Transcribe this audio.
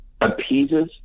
appeases